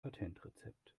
patentrezept